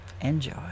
Enjoy